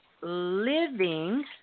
living